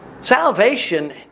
Salvation